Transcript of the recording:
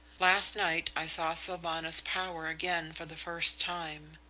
last night i saw sylvanus power again for the first time.